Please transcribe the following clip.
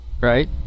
right